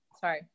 sorry